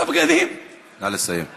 ברשותך, בכמה שניות.